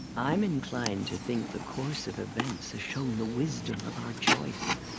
i'm inclined to think the course of events has shown the wisdom of our choice.